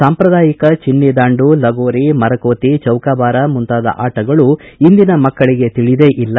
ಸಾಂಪ್ರದಾಯಿಕ ಚಿನ್ನಿ ದಾಂಡು ಲಗೋರಿ ಮರಕೋತಿ ಚೌಕಾಬಾರ ಮುಂತಾದ ಆಟಗಳು ಇಂದಿನ ಮಕ್ಕಳಿಗೆ ತಿಳಿದೇ ಇಲ್ಲ